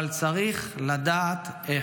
אבל צריך לדעת איך.